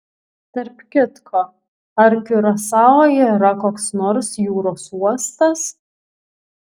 tarp kitko ar kiurasao yra koks nors jūros uostas